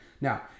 Now